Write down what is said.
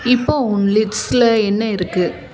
இப்போ உன் லிப்ஸில் என்ன இருக்கு